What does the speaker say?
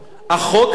החוק הזה,